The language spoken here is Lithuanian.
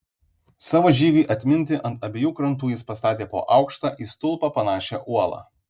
savo žygiui atminti ant abiejų krantų jis pastatė po aukštą į stulpą panašią uolą